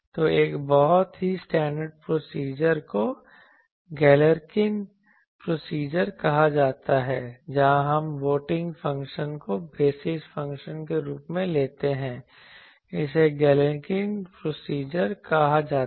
तो एक बहुत ही स्टैंडर्ड प्रोसीजर को गैलेर्किन प्रोसीजर कहा जाता है जहां हम वेटिंग फ़ंक्शन को बेसिस फंक्शन के रूप में लेते हैं इसे गैलेर्किन प्रोसीजर कहा जाता है